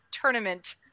tournament